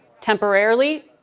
temporarily